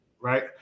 Right